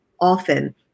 often